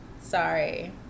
Sorry